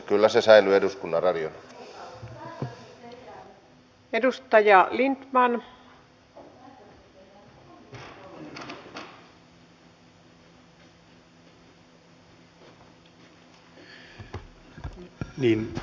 kyllä se säilyy eduskunnan radiona